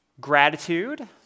Gratitude